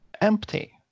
empty